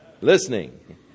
listening